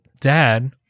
dad